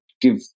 give